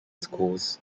schools